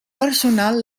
personal